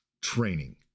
training